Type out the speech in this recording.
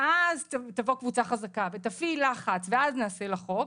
ואז תבוא קבוצה חזקה ותפעיל לחץ ונעשה לה חוק,